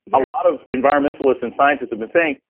a lot of environmentalists and scientists. i've been saying,